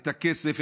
את הכסף,